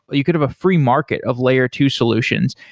you could have a free market of layer two solutions,